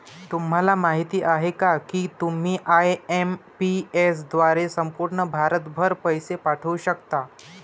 तुम्हाला माहिती आहे का की तुम्ही आय.एम.पी.एस द्वारे संपूर्ण भारतभर पैसे पाठवू शकता